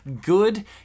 Good